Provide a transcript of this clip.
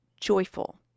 joyful